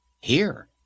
Here